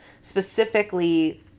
specifically